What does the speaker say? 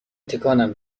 تکانم